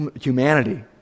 humanity